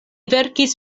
verkis